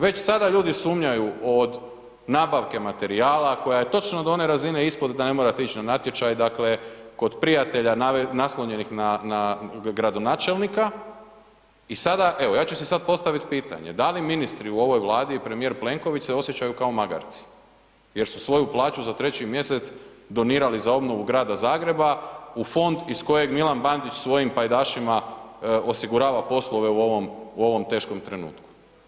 Već sada ljudi sumnjaju od nabavke materijala koja je točno do one razine ispod da ne morate ić na natječaj, dakle kod prijatelja naslonjenih na gradonačelnika i sada evo, ja ću si sad postavit pitanje: da li ministri u ovoj Vladi i premijer Plenković se osjećaju kao magarci jer su svoju plaću za 3. mj. donirali za obnovu grada Zagreb u fond iz kojeg Milan Bandić svojim pajdašima osigurava poslove u ovom teškom trenutku?